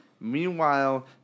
Meanwhile